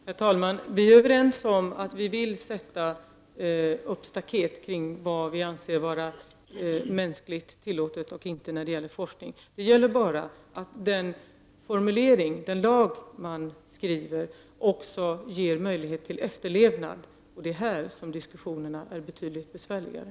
Herr talman! Vi är överens om att vi vill sätta upp staket kring vad vi anser vara mänskligt tillåtet eller inte när det gäller forskningen. Det gäller bara att den lag man skriver också ger möjlighet till efterlevnad. Det är här som diskussionerna är betydligt besvärligare.